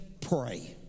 pray